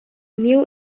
new